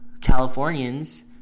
Californians